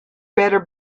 better